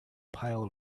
pile